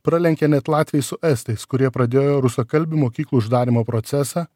pralenkia net latviai su estais kurie pradėjo rusakalbių mokyklų uždarymo procesą